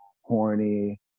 horny